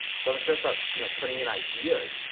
so i'm just gonna start you know putting in ideas,